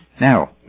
Now